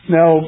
Now